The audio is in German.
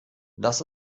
das